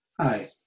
Hi